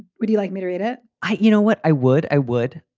would you like me to read it? i you know what i would i would.